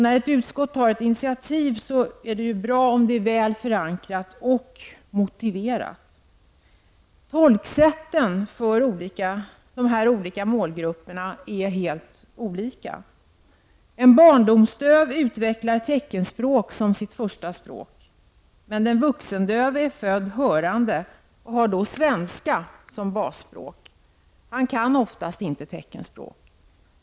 När ett utskott tar ett initiativ är det bra om det är väl förankrat och motiverat. Tolksätten för de olika målgrupperna är helt olika. En barndomsdöv utvecklar teckenspråk som sitt första språk. Den vuxendöve är född hörande och har då svenska som basspråk. Han kan oftast inte teckenspråk.